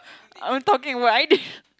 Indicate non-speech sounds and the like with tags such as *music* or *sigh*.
I'm talking about Aidil *laughs*